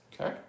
Okay